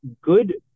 good